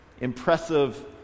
impressive